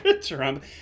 Trump